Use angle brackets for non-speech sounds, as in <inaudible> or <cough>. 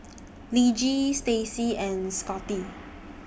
<noise> Lige Stacey and Scotty